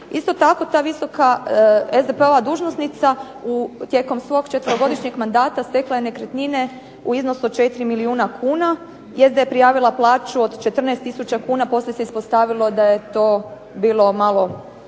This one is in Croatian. Isto tako ta visoka SDP-ova dužnosnica tijekom svog 4-godišnjeg mandata stekla je nekretnine u iznosu od 4 milijuna kuna, jest da je prijavila plaću od 14 tisuća kuna, poslije se ispostavilo da je to bilo malo